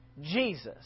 Jesus